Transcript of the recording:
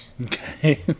Okay